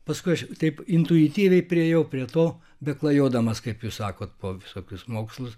paskui aš taip intuityviai priėjau prie to beklajodamas kaip jūs sakot po visokius mokslus